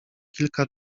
kilka